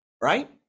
right